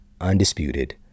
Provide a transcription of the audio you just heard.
undisputed